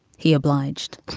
he obliged.